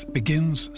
begins